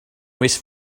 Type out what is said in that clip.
west